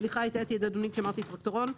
סליחה, הטעיתי את אדוני כשאמרתי טרקטורון.